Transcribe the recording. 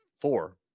four